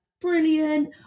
brilliant